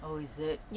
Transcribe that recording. oh is it